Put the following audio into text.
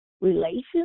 relations